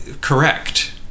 correct